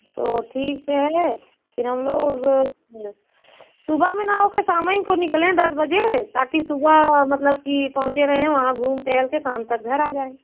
तो ठीक है फिर हम लोग सुबह में ना हो कर शाम ही को निकलें दस बजे ताकि सुबह मतलब की पहुँचें रहें वहाँ घूम टहल कर शाम तक घर आ जाएँ